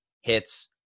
hits